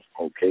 okay